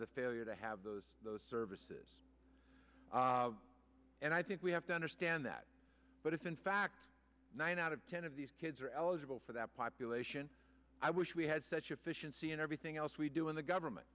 the failure to have those those services and i think we have to understand that but if in fact nine out of ten of these kids are eligible for that population i wish we had such efficiency in everything else we do in the government